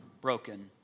broken